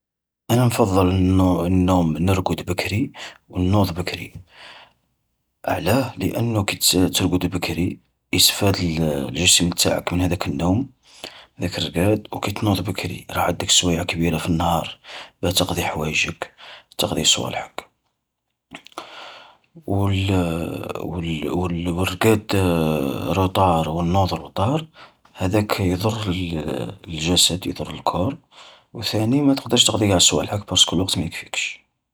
انا نفضل النو-النوم نرقد بكري ونوض بكري. علاه لانو كت-ترقد بكري يسفاد الجسم نتاعك من هذاك النوم، ذاك الرقاد، وكي تنوض بكري راك عدك سوايع كبيرة في النهار باه تقضي حوايجك، و تقضي صوالحك. والرقاد روطار والنوض روطار، هذاك يضر الجسد يضر الكور، وثاني ماتقدرش تقضي قاع صوالحك بارسكو الوقت مايكفيكش.